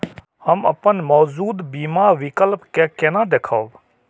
हम अपन मौजूद बीमा विकल्प के केना देखब?